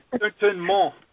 certainement